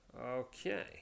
Okay